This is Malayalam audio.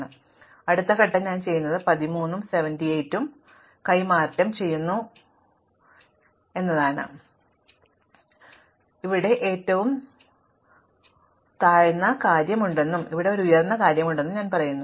അതിനാൽ അടുത്ത ഘട്ടം ഞാൻ ചെയ്യുന്നത് ഞാൻ 13 ഉം 78 ഉം കൈമാറ്റം ചെയ്യുന്നു ഇല്ല എനിക്ക് ഇവിടെ ഏറ്റവും താഴ്ന്ന കാര്യം ഉണ്ടെന്നും എനിക്ക് ഇവിടെ ഒരു ഉയർന്ന കാര്യമുണ്ടെന്നും ഞാൻ പറയുന്നില്ല